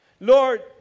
Lord